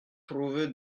trouver